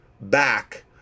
back